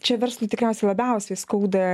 čia verslui tikriausiai labiausiai skauda